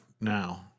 now